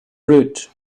route